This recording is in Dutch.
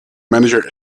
manager